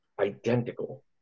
identical